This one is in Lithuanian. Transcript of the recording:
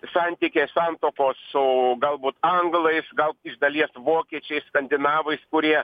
santykiai santuokos su galbūt anglais gal iš dalies vokiečiais skandinavais kurie